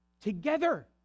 together